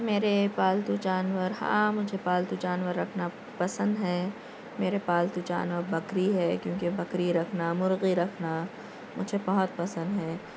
میرے پالتو جانور ہاں مجھے پالتو جانور رکھنا پسند ہیں میرے پالتو جانور بکری ہے کیونکہ بکری رکھنا مرغی رکھنا مجھے بہت پسند ہیں